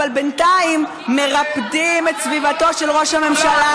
אבל בינתיים מרפדים את סביבתו של ראש הממשלה,